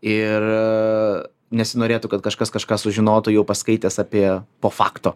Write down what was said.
ir nesinorėtų kad kažkas kažką sužinotų jau paskaitęs apie po fakto